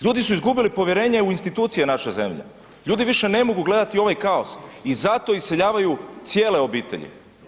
Ljudi su izgubili povjerenje u institucije naše zemlje, ljudi više ne mogu gledati ovaj kaos i zato iseljavaju cijele obitelji.